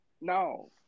no